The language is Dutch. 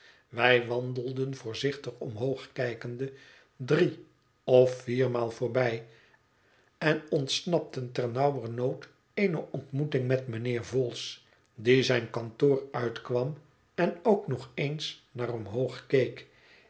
wij wandelden voorzichtig omhoog kijkende drie of viermaal voorbij en ontsnapten ternauwernood eene ontmoeting met mijnheer vholes die zijn kantoor uitkwam en ook nog eens naar omhoog keek